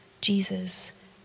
Jesus